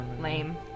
Lame